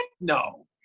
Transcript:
no